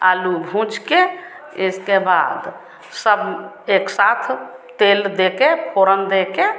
आलू भूँजकर इसके बाद सब एकसाथ तेल देकर फोरन देकर